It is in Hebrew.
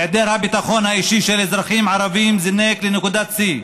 היעדר הביטחון האישי של אזרחים ערבים זינק לנקודות שיא,